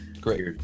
great